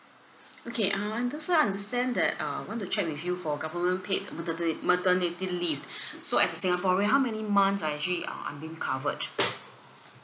okay uh I'll just want to understand that uh want to check with you for government paid materni~ maternity leave so as a singaporean how many months I actually uh I'm being covered